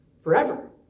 forever